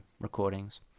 recordings